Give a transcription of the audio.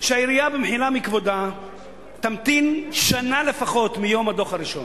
שהעירייה במחילה מכבודה תמתין שנה לפחות מיום הדוח הראשון.